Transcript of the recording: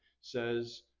says